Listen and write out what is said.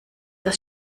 das